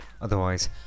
Otherwise